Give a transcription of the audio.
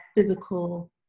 physical